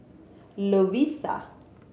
Lovisa